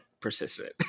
persistent